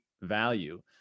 value